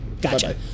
Gotcha